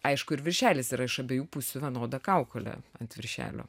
aišku ir viršelis yra iš abiejų pusių vienoda kaukolė ant viršelio